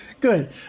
Good